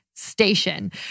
Station